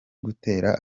gutera